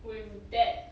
with that